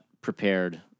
prepared